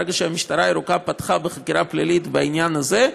ברגע שהמשטרה הירוקה פתחה בחקירה פלילית בעניין הזה,